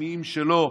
עצמיים שלו,